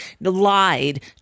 lied